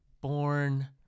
born